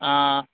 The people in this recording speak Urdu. ہاں